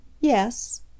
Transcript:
Yes